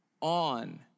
on